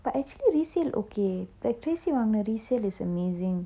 but actually resale okay but treesy வாங்குன:vanguna resale is amazing